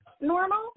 normal